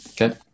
Okay